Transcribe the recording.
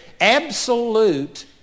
absolute